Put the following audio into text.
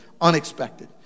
unexpected